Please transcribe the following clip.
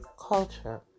Culture